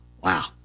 wow